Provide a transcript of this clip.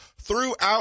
throughout